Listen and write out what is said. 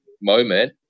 moment